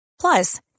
Plus